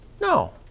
No